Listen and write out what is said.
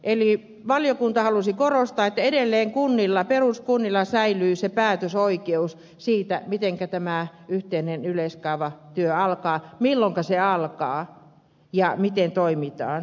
eli valiokunta halusi korostaa että edelleen peruskunnilla säilyy se päätösoikeus siitä mitenkä tämä yhteinen yleiskaavatyö alkaa milloinka se alkaa ja miten toimitaan